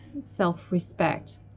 self-respect